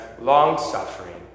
long-suffering